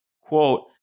quote